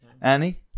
Annie